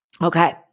Okay